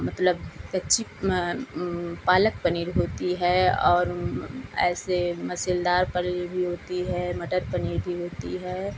मतलब कच्ची पालक पनीर होती है और ऐसे मसालेदार पनीर भी होती है मटर पनीर भी होती है